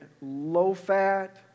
low-fat